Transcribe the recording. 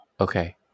Okay